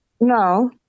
No